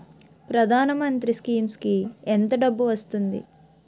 ప్రధాన మంత్రి స్కీమ్స్ కీ ఎంత డబ్బు వస్తుంది?